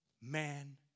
man